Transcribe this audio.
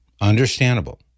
Understandable